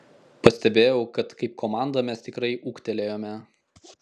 pastebėjau kad kaip komanda mes tikrai ūgtelėjome